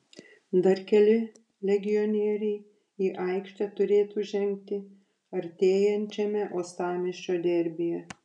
dar keli legionieriai į aikštę turėtų žengti artėjančiame uostamiesčio derbyje